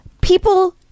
People